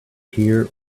here